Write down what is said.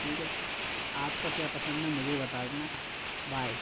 ठीक है आपका क्या पसंद है मुझे भी बता देना बाय